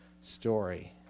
story